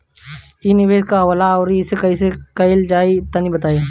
इ निवेस का होला अउर कइसे कइल जाई तनि बताईं?